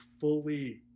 fully